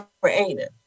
creative